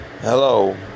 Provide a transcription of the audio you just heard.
Hello